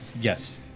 Yes